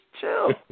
chill